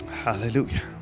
Hallelujah